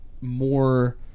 more